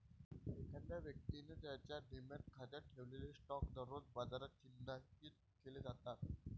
एखाद्या व्यक्तीने त्याच्या डिमॅट खात्यात ठेवलेले स्टॉक दररोज बाजारात चिन्हांकित केले जातात